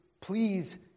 Please